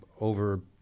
over